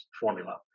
formula